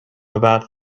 about